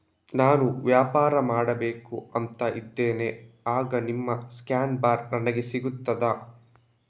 ನಾನು ವ್ಯಾಪಾರ ಮಾಡಬೇಕು ಅಂತ ಇದ್ದೇನೆ, ಆಗ ನಿಮ್ಮ ಸ್ಕ್ಯಾನ್ ಬಾರ್ ನನಗೆ ಸಿಗ್ತದಾ?